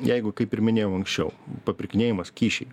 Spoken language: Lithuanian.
jeigu kaip ir minėjau anksčiau papirkinėjimas kyšiai